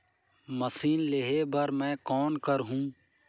Machine लेहे बर मै कौन करहूं?